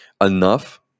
enough